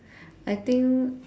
I think